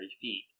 feet